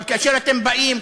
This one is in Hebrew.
אבל כאשר אתם באים,